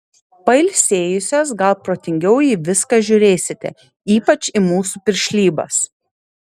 pailsėjusios gal protingiau į viską žiūrėsite ypač į mūsų piršlybas